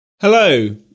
Hello